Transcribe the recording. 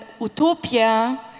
utopia